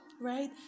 right